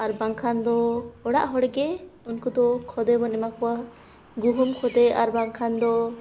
ᱟᱨ ᱵᱟᱝᱠᱷᱟᱱ ᱫᱚ ᱚᱲᱟᱜ ᱦᱚᱲ ᱜᱮ ᱩᱱᱠᱩ ᱫᱚ ᱠᱷᱚᱫᱮ ᱵᱚᱱ ᱮᱢᱟ ᱠᱚᱣᱟ ᱜᱩᱦᱩᱢ ᱠᱷᱚᱫᱮ ᱟᱨ ᱵᱟᱝᱠᱷᱟᱱ ᱫᱚ